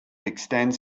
extends